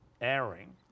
airing